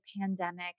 pandemic